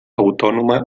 autònoma